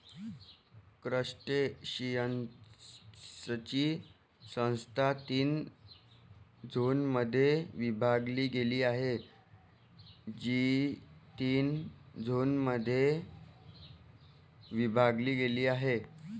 क्रस्टेशियन्सची संस्था तीन झोनमध्ये विभागली गेली आहे, जी तीन झोनमध्ये विभागली गेली आहे